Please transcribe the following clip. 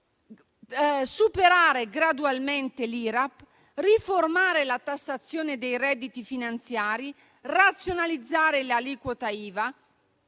di superare gradualmente l'IRAP, di riformare la tassazione dei redditi finanziari, di razionalizzare le aliquote IVA,